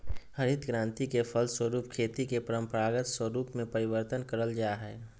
हरित क्रान्ति के फलस्वरूप खेती के परम्परागत स्वरूप में परिवर्तन करल जा हइ